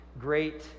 Great